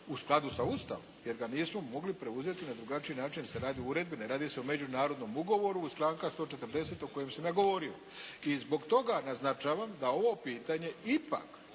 u skladu sa Ustavom, jer ga nismo mogli preuzeti na drugačiji način jer se radi o uredbi, ne radi se o međunarodnom ugovoru iz članka 140., o kojem sam ja govorio. I zbog toga naznačavam da ovo pitanje ipak